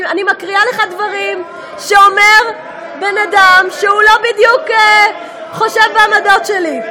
אני מקריאה לך דברים שאומר בן-אדם שהוא לא בדיוק חושב בעמדות שלי.